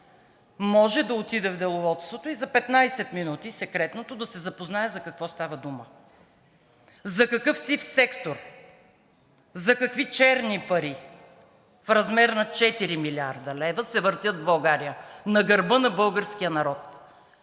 може да отиде в Секретното деловодство и за 15 минути да се запознае за какво става дума – за какъв сив сектор, за какви черни пари в размер на 4 млрд. лв. се въртят в България на гърба на българския народ,